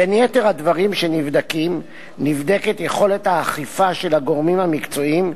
בין יתר הדברים שנבדקים נבדקת יכולת האכיפה של הגורמים המקצועיים,